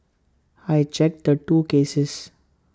I checked the two cases